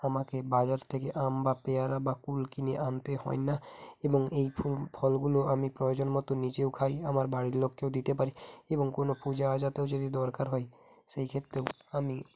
আমাকে বাজার থেকে আম বা পেয়ারা বা কুল কিনে আনতে হয় না এবং এই ফুল ফলগুলো আমি প্রয়োজন মত নিজেও খাই আমার বাড়ির লোককেও দিতে পারি এবং কোনো পূজা অর্চনাতেও যদি দরকার হয় সেইক্ষেত্রেও আমি